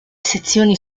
sezioni